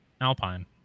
Alpine